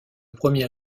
premier